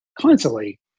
constantly